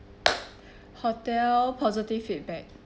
hotel positive feedback